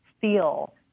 feel